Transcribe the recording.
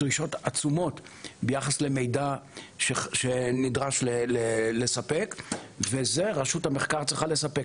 עצומות ביחס למידע שנדרש לספק ואת זה רשות המחקר צריכה לספק.